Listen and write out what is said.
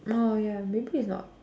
oh ya maybe it's not